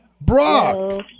Brock